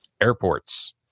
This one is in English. airports